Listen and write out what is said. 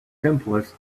simplest